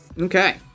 Okay